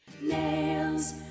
Nails